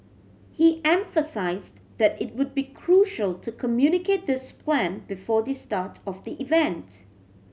he emphasised that it would be crucial to communicate this plan before the start of the event